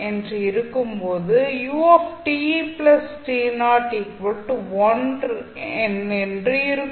என்று இருக்கும் போது என்று இருக்கும்